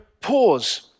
pause